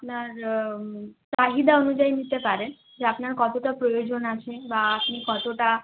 আপনার চাহিদা অনুযায়ী নিতে পারেন যে আপনার কতটা প্রয়োজন আছে বা আপনি কতটা